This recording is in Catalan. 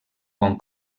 bon